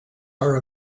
are